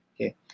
okay